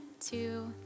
two